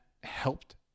helped